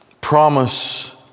promise